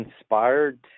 inspired